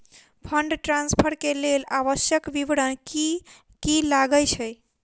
Fund transfer केँ लेल आवश्यक विवरण की की लागै छै?